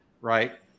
right